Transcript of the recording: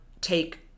take